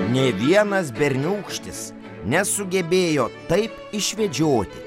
nė vienas berniūkštis nesugebėjo taip išvedžioti